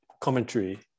commentary